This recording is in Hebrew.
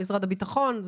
משרד הביטחון.